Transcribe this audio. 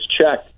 check